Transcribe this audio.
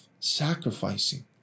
sacrificing